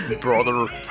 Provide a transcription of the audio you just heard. Brother